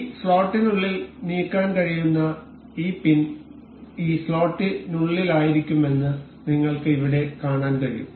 ഈ സ്ലോട്ടിനുള്ളിൽ നീക്കാൻ കഴിയുന്ന ഈ പിൻ ഈ സ്ലോട്ടിനുള്ളിലായിരിക്കുമെന്ന് നിങ്ങൾക്ക് ഇവിടെ കാണാൻ കഴിയും